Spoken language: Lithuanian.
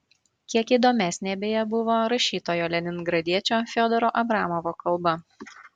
kiek įdomesnė beje buvo rašytojo leningradiečio fiodoro abramovo kalba